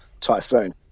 typhoon